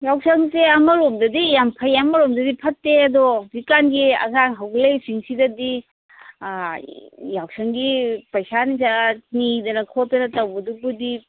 ꯌꯥꯎꯁꯪꯁꯦ ꯑꯃꯔꯣꯝꯗꯗꯤ ꯌꯥꯝꯅ ꯐꯩ ꯑꯃꯔꯣꯝꯗꯗꯤ ꯐꯠꯇꯦ ꯑꯗꯣ ꯍꯧꯖꯤꯛꯀꯥꯟꯒꯤ ꯑꯉꯥꯡ ꯍꯧꯒꯠꯂꯛꯏꯁꯤꯡꯁꯤꯗꯗꯤ ꯌꯥꯎꯁꯪꯒꯤ ꯄꯩꯁꯥ ꯅꯨꯡꯁꯥ ꯅꯤꯗꯅ ꯈꯣꯠꯇꯅ ꯇꯧꯕꯗꯨꯕꯨꯗꯤ